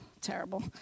terrible